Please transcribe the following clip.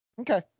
Okay